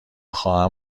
خواهم